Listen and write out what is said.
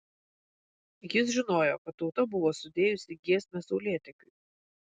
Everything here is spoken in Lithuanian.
jis žinojo kad tauta buvo sudėjusi giesmę saulėtekiui